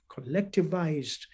collectivized